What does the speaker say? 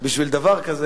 בשביל דבר כזה.